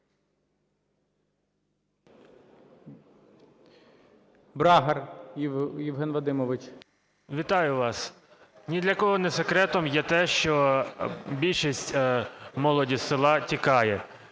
БРАГАР Є.В. Вітаю вас! Ні для кого не секретом є те, що більшість молоді з села тікає.